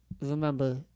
Remember